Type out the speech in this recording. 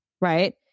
right